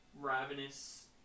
ravenous